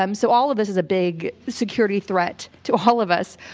um so all of this is a big security threat to all of us.